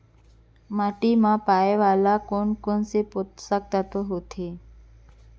माटी मा पाए वाले कोन कोन से पोसक तत्व होथे?